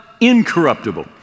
incorruptible